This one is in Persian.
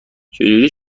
جوری